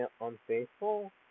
unfaithful